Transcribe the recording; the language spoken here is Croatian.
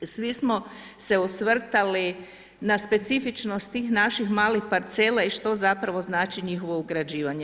Svi smo se osvrtali na specifičnost tih naših malih parcela i što zapravo znači njihovo ugrađivanje.